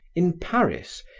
in paris,